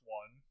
one